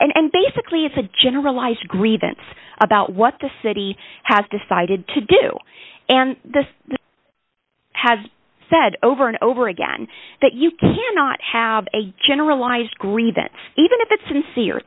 enough and basically it's a generalized grievance about what the city has decided to do and the has said over and over again that you cannot have a generalized grievance even if it's sincere